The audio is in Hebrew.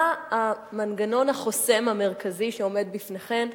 מה המנגנון החוסם המרכזי שעומד בפניכן?